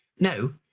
no,